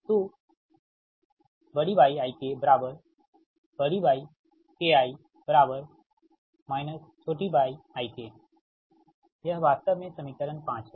तो YikYki yik यह वास्तव में समीकरण 5 है